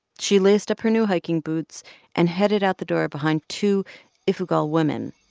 she laced up her new hiking boots and headed out the door behind two ifugal women,